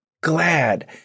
glad